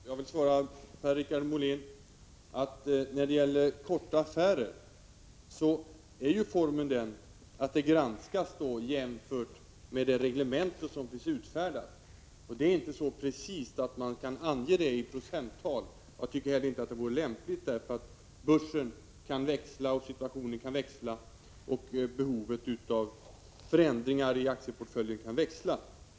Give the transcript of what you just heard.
Herr talman! Jag vill svara Per-Richard Molén följande: När det gäller s.k. korta affärer är formen den att affärerna granskas och jämförs med det reglemente som finns utfärdat. Det är inte så precist att det i procenttal kan anges hur mycket som får satsas på s.k. korta affärer. Jag tycker inte heller att det vore lämpligt. Börskurser och situationer kan växla. Behovet av förändringar i aktieportföljen kan därför variera.